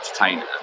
entertainer